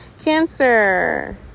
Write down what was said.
Cancer